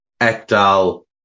Ekdal